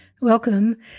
Welcome